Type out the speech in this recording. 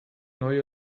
neue